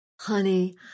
Honey